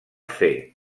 fer